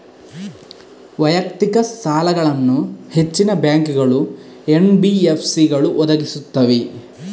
ವೈಯಕ್ತಿಕ ಸಾಲಗಳನ್ನು ಹೆಚ್ಚಿನ ಬ್ಯಾಂಕುಗಳು, ಎನ್.ಬಿ.ಎಫ್.ಸಿಗಳು ಒದಗಿಸುತ್ತವೆ